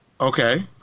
okay